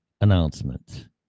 announcement